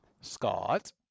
Scott